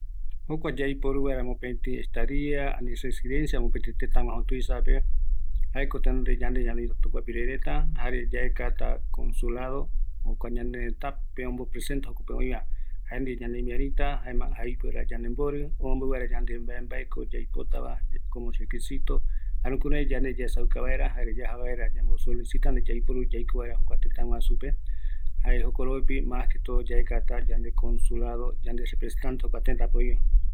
Aiporu vaera ajavaera teëtäguasu iru kotɨ, jaeko anoita se tupapirereta, ajata consuladope amombeu vaera mbaeko ajata aeka, jukurai omeevaera seve opaete yavaimbae seve